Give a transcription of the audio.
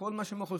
וכל מה שמוכיחים,